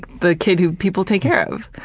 the kid who people take care of.